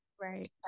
right